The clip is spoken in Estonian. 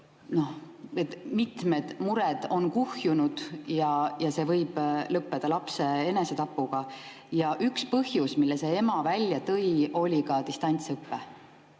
et mitmed mured on kuhjunud ja see võib lõppeda lapse enesetapuga. Ja üks põhjus, mille see ema välja tõi, oli ka distantsõpe.